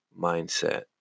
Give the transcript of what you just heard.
mindset